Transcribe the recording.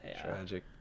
Tragic